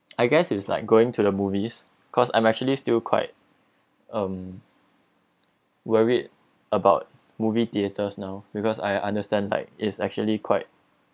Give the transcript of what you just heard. I guess it's like going to the movies cause I'm actually still quite um worried about movie theaters now because I understand like is actually quite